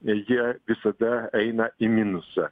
ir jie visada eina į minusą